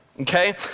okay